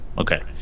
Okay